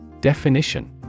Definition